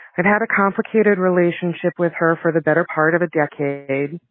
i've had a complicated relationship with her for the better part of a decade.